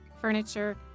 furniture